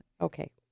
Okay